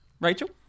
Rachel